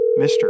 Mr